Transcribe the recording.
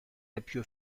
appuis